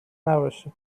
نباشه